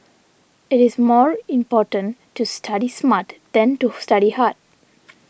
it is more important to study smart than to study hard